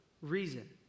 reason